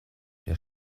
wer